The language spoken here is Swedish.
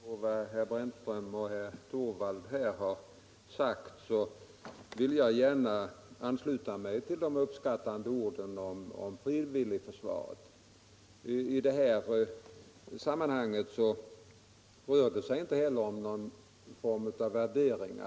Herr talman! Apropå vad herr Brännström och herr Torwald har sagt vill jag gärna ansluta mig till de uppskattande orden om frivilligförsvaret. I det här sammanhanget rör det sig inte heller om någon form av värderingar.